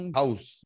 house